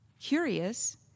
curious